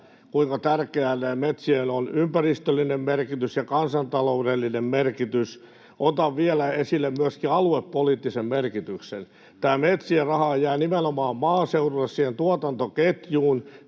kuinka näillä metsillä on tärkeä ympäristöllinen merkitys ja kansantaloudellinen merkitys. Otan vielä esille myöskin aluepoliittisen merkityksen. Tämä metsien raha jää nimenomaan maaseudulle siihen tuotantoketjuun.